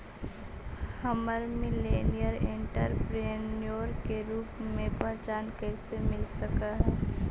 हमरा millennial entrepreneur के रूप में पहचान कइसे मिल सकलई हे?